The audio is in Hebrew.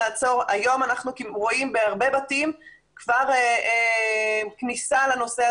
היום אנחנו רואים בהרבה בתים כבר כניסה לקמינים,